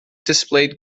displayed